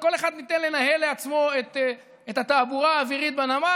לכל אחת ניתן לנהל לעצמה את התעבורה האווירות בנמל.